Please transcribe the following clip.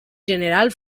general